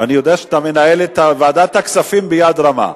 אני יודע שאתה מנהל את ועדת הכספים ביד רמה,